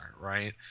right